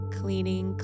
cleaning